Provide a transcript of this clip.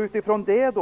Utifrån det